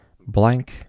blank